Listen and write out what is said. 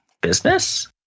Business